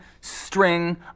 string